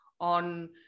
on